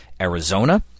Arizona